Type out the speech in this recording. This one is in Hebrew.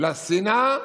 בשביל השנאה,